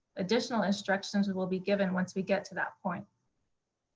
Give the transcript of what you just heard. additional instructions will will be given once we get to that point.